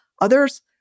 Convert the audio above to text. Others